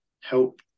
help